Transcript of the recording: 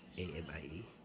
A-M-I-E